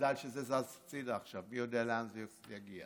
מזל שזה זז הצידה עכשיו, מי יודע לאן זה יגיע.